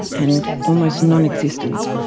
and almost non-existent.